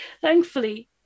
thankfully